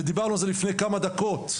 ודיברנו על זה לפני כמה דקות,